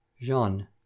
Jean